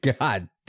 God